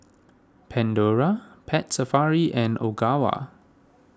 Pandora Pet Safari and Ogawa